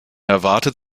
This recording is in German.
erwartet